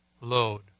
load